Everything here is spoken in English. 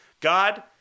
God